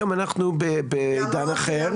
היום אנחנו בעידן אחר.